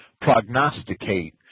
prognosticate